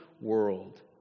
world